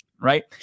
Right